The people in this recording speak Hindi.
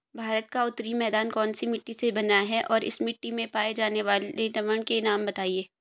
भारत का उत्तरी मैदान कौनसी मिट्टी से बना है और इस मिट्टी में पाए जाने वाले लवण के नाम बताइए?